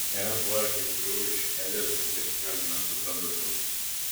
jame buvo ir kai kurių už helį sunkesnių elementų branduolių